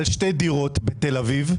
על שתי דירות בתל אביב,